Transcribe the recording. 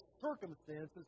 circumstances